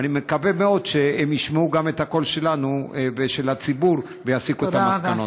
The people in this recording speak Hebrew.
ואני מקווה מאוד שהם ישמעו את הקול שלנו ושל הציבור ויסיקו את המסקנות.